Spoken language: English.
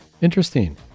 interesting